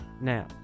Now